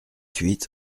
huit